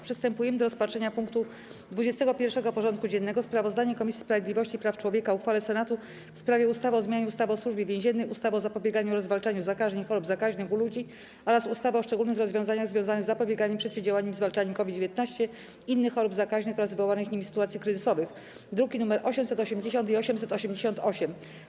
Przystępujemy do rozpatrzenia punktu 21. porządku dziennego: Sprawozdanie Komisji Sprawiedliwości i Praw Człowieka o uchwale Senatu w sprawie ustawy o zmianie ustawy o Służbie Więziennej, ustawy o zapobieganiu oraz zwalczaniu zakażeń i chorób zakaźnych u ludzi oraz ustawy o szczególnych rozwiązaniach związanych z zapobieganiem, przeciwdziałaniem i zwalczaniem COVID-19, innych chorób zakaźnych oraz wywołanych nimi sytuacji kryzysowych (druki nr 880 i 888)